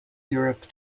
europe